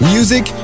Music